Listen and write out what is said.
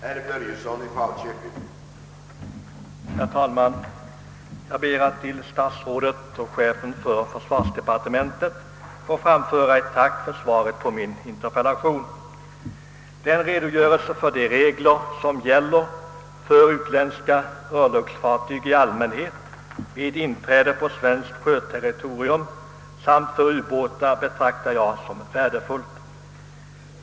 Herr talman! Jag ber att till statsrådet och chefen för försvarsdepartementet få framföra ett tack för svaret på min interpellation. för utländska örlogsfartyg i allmänhet vid inträde på svenskt territorialvatten samt för ubåtar betraktar jag som värdefull.